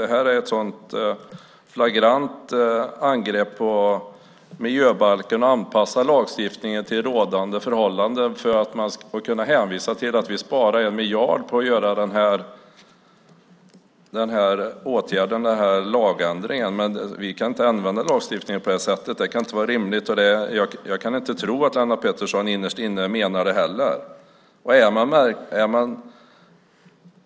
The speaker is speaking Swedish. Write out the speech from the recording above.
Det här är ett flagrant angrepp på miljöbalken där man anpassar lagstiftningen till rådande förhållanden, och man hänvisar till att vi sparar 1 miljard på att göra en sådan lagändring. Men vi kan inte använda lagstiftningen på det sättet! Det kan inte vara rimligt. Jag kan inte tro att Lennart Pettersson innerst inne menar det heller.